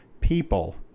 people